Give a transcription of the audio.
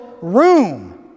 room